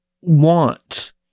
want